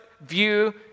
view